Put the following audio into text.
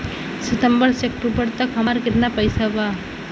सितंबर से अक्टूबर तक हमार कितना पैसा बा?